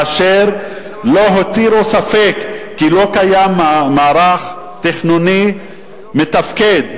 אשר לא הותירו ספק כי לא קיים מערך תכנוני מתפקד,